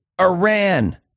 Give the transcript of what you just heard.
Iran